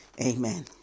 amen